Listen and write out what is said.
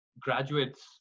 graduates